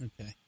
Okay